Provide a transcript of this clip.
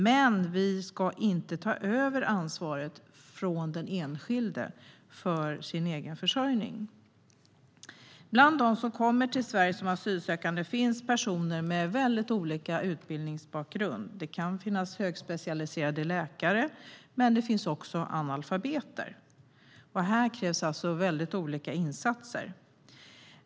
Men vi ska inte ta ifrån den enskilde ansvaret för sin egen försörjning. Bland dem som kommer till Sverige som asylsökande finns personer med väldigt olika utbildningsbakgrund. Det kan finnas högspecialiserade läkare, men det finns också analfabeter. Här krävs olika insatser.